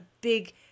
big